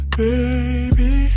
baby